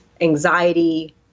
anxiety